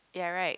you're right